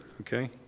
okay